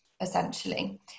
essentially